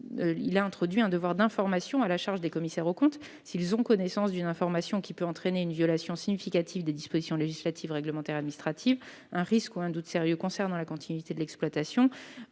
a introduit un devoir d'information à la charge des commissaires aux comptes, s'ils ont connaissance d'une information qui peut entraîner une violation significative des dispositions législatives, réglementaires ou administratives ; un risque ou un doute sérieux concernant la continuité de l'exploitation